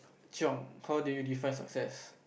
chiong how do you define success